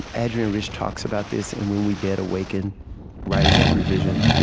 adrienne rich talks about this in when we dead awaken writing as re-vision,